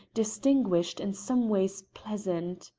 distinguished and someways pleasant.